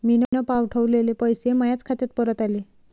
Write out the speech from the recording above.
मीन पावठवलेले पैसे मायाच खात्यात परत आले